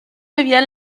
aviat